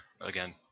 again